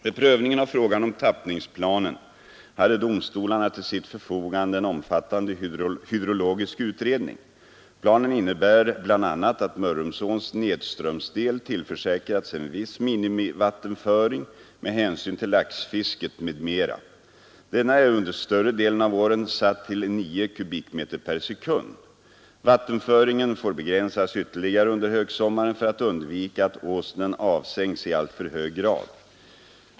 Vid prövningen av frågan om tappningsplanen hade domstolarna till sitt förfogande en omfattande hydrologisk utredning. Planen innebär bl.a. att Mörrumsåns nedströmsdel tillförsäkrats en viss minimivattenföring med hänsyn till laxfisket m.m. Denna är under större delen av året satt till 9 kubikmeter per sekund. Vattenföringen får begränsas ytterligare under högsommaren för att undvika att Åsnen avsänks i allför hög grad.